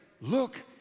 look